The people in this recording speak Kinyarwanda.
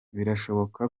birashoboka